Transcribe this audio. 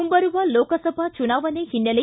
ಮುಂಬರುವ ಲೋಕಸಭಾ ಚುನಾವಣೆ ಹಿನ್ನೆಲೆ